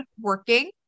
working